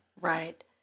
right